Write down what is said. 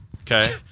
Okay